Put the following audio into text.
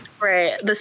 Right